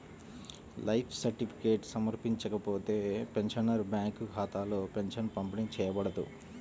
life certificate సమర్పించకపోతే, pensioner bank ఖాతాలో pension పంపిణీ చేయబడదు